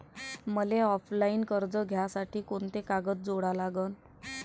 मले ऑफलाईन कर्ज घ्यासाठी कोंते कागद जोडा लागन?